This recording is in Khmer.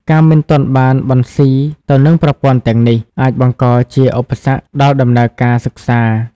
ការមិនទាន់បានបន្ស៊ីទៅនឹងប្រព័ន្ធទាំងនេះ អាចបង្កជាឧបសគ្គដល់ដំណើរការសិក្សា។